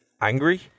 angry